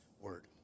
word